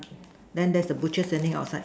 then there's the butcher standing outside